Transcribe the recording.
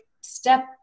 step